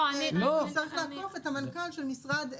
שתצטרך לעקוף את המנכ"ל של משרד מסוים,